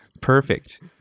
Perfect